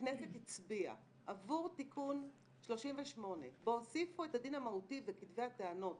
הכנסת הצביעה עבור תיקון 38 והוסיפו את הדין המהותי וכתבי הטענות